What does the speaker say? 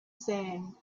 sand